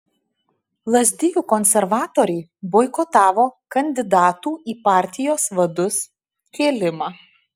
lazdijų konservatoriai boikotavo kandidatų į partijos vadus kėlimą